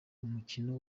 umukino